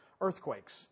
earthquakes